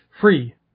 free